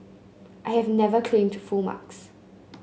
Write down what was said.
I have never claim to full marks